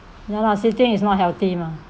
ya lah sitting is not healthy mah